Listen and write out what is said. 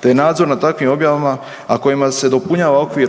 te nadzor nad takvim objavama, a kojima se dopunjava okvir